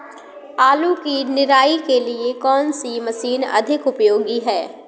आलू की निराई के लिए कौन सी मशीन अधिक उपयोगी है?